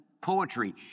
poetry